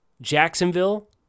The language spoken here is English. Jacksonville